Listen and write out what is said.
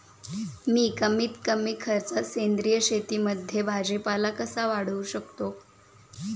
मी कमीत कमी खर्चात सेंद्रिय शेतीमध्ये भाजीपाला कसा वाढवू शकतो?